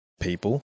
people